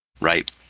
Right